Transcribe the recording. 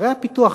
לערי הפיתוח